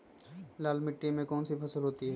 लाल मिट्टी में कौन सी फसल होती हैं?